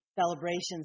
celebrations